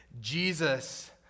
Jesus